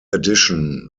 addition